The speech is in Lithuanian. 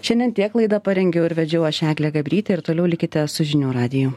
šiandien tiek laidą parengiau ir vedžiau aš eglė gabrytė ir toliau likite su žinių radiju